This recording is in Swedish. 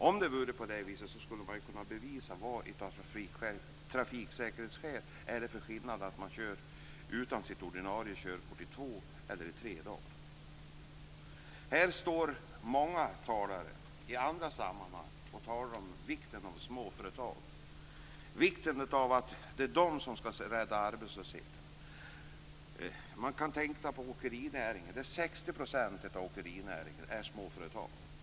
Om det vore på det viset skulle man ju kunna visa vilken skillnad det gör från trafiksäkerhetssynpunkt om man får köra i två dagar eller i tre dagar utan sitt ordinarie körkort. Många talar i andra sammanhang om vikten av gynnsamma villkor för småföretagen - det är de som skall avhjälpa arbetslösheten. 60 % av verksamheten inom åkerinäringen bedrivs i småföretag.